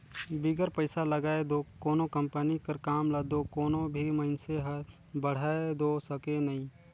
बिगर पइसा लगाए दो कोनो कंपनी कर काम ल दो कोनो भी मइनसे हर बढ़ाए दो सके नई